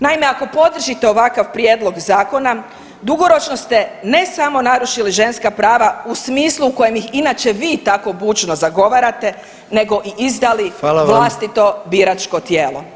Naime, ako podržite ovakav prijedlog Zakona, dugoročno ste, ne samo narušili ženska prava u smislu u kojem ih inače vi tako bučno zagovarate, nego i izdali [[Upadica: Hvala.]] vlastito biračko tijelo.